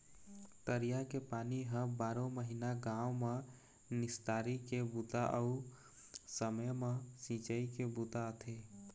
तरिया के पानी ह बारो महिना गाँव म निस्तारी के बूता अउ समे म सिंचई के बूता आथे